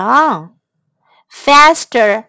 on,Faster